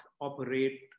operate